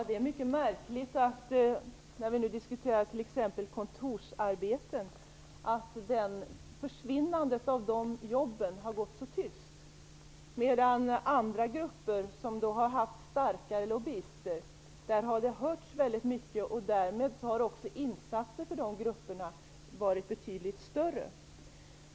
Herr talman! När vi nu diskuterar t.ex. kontorsarbeten är det mycket märkligt att det har varit så tyst kring försvinnandet av de jobben. När det gäller andra grupper som har haft starkare lobbyister har vi hört mer. Därmed har också insatser för de grupperna varit betydligt större.